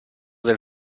del